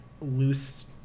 loose